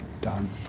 Done